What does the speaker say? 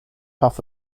puff